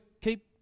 keep